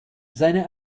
seine